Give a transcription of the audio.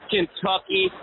Kentucky